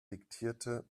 diktierte